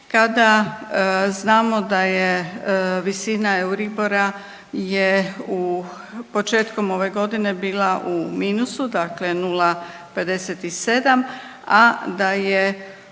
kada znamo da je, visina Euribora je u, početkom ove godine bila u minusu, dakle 0,57, a da je